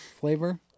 flavor